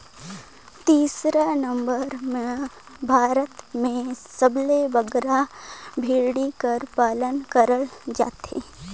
तीसर नंबर में भारत में सबले बगरा भेंड़ी कर पालन करल जाथे